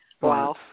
Wow